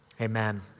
amen